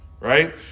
Right